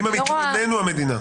אם המתלונן הוא המדינה.